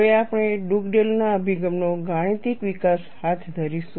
હવે આપણે ડુગડેલ ના અભિગમનો ગાણિતિક વિકાસ હાથ ધરીશું